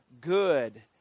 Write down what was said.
good